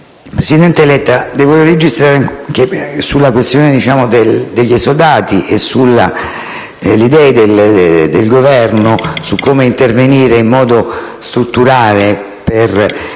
Presidente Letta, devo registrare che sulla questione degli esodati e sulle idee del Governo su come intervenire in modo strutturale per